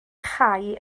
chau